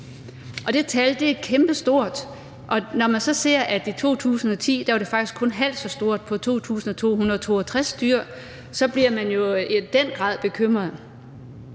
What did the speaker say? Det tal er kæmpestort, og når man så ser på, at det i 2010 faktisk kun var halvt så stort, altså på 2.262 dyrearter, så bliver man jo i den grad bekymret.